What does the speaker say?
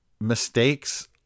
mistakes